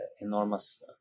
enormous